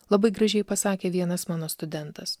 labai gražiai pasakė vienas mano studentas